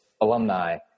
alumni